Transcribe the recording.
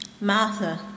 Martha